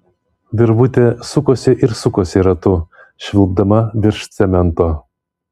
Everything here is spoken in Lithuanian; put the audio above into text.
virvutė sukosi ir sukosi ratu švilpdama virš cemento